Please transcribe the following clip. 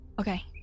Okay